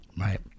Right